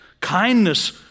Kindness